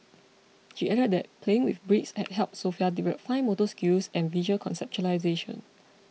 she added that playing with bricks had helped Sofia develop fine motor skills and visual conceptualisation